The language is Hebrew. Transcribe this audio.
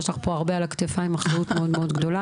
יש לך פה הרבה על הכתפיים, אחריות מאוד גדולה.